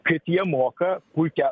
kaip jie moka puikią